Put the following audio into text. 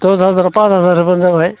दस हाजार पास हाजार होबानो जाबाय